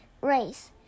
Race